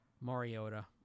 Mariota